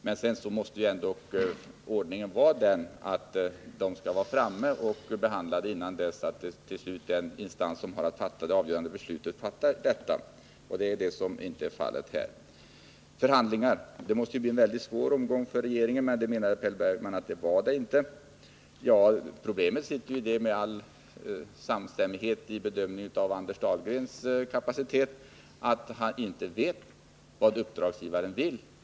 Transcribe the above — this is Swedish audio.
Men ordningen måste ju ändå vara den att synpunkterna skall vara framme och behandlade innan den instans som har att fatta det avgörande beslutet hinner göra detta. Så är inte fallet här. De förhandlingar som regeringen skulle föra måste bli synnerligen svåra, men Per Bergman anser att så är det inte. Även om det råder samstämmighet i bedömningen av Anders Dahlgrens kapacitet, så är ju problemet det att han inte vet vad uppdragsgivaren vill.